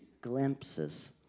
glimpses